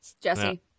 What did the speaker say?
Jesse